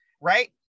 right